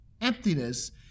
emptiness